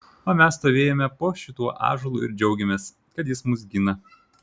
o mes stovėjome po šituo ąžuolu ir džiaugėmės kad jis mus gina